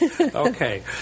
Okay